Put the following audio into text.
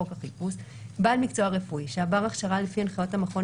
חוק החיפוש) בעל מקצוע רפואי שעבר הכשרה לפי הנחיות המכון